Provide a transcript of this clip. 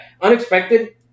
Unexpected